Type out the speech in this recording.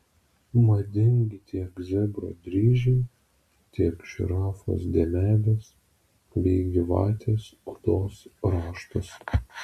madingi tiek zebro dryžiai tiek žirafos dėmelės bei gyvatės odos raštas